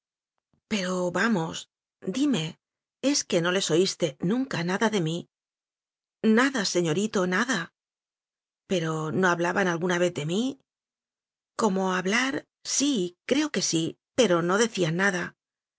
pero vamos dime es que no les oíste nunca nada de mí nada señorito nada pero no hablaban alguna vez de mí como hablar sí creo que sí pero no decían nada